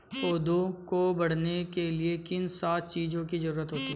पौधों को बढ़ने के लिए किन सात चीजों की जरूरत होती है?